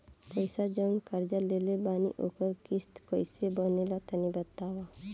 पैसा जऊन कर्जा लेले बानी ओकर किश्त कइसे बनेला तनी बताव?